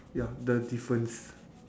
ya the difference